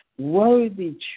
worthy